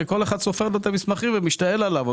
שכל אחד סופר את המסמכים ומשתעל עליו,